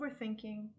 overthinking